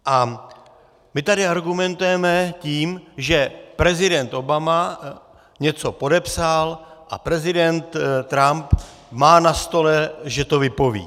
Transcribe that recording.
A my tady argumentujeme tím, že prezident Obama něco podepsal a prezident Trump má na stole, že to vypoví.